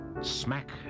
smack